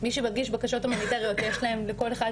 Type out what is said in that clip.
מי שמגיש בקשות הומניטריות יש להם לכל אחד